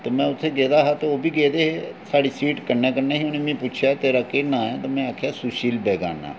ते में उत्थै गेदा हा ते ओह्बी गेदे हे साढ़ी सीट कन्नै कन्नै ही उ'नें मिगी पुच्छेआ केह् नांऽ ऐ ते में आक्खेआ सुशील बेगाना